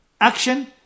action